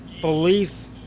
belief